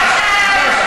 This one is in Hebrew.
בסדר?